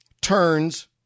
turns